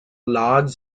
large